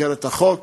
במסגרת החוק,